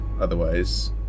Otherwise